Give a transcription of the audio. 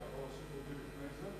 אתה יכול להוסיף אותי לפני זה?